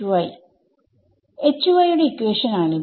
Hy യുടെ equation ആണിത്